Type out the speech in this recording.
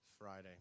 Friday